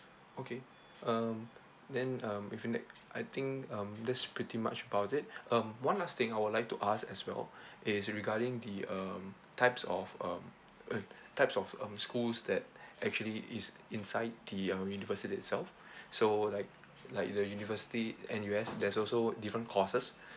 okay um then um defini~ I think um that's pretty much about it um one last thing I would like to ask as well is regarding the um types of um uh types of um schools that actually is inside the uh university itself so like like the university N_U_S there's also different courses